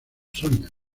sonia